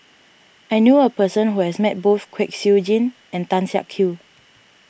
I knew a person who has met both Kwek Siew Jin and Tan Siak Kew